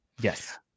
yes